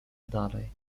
dalej